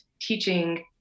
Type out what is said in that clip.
teaching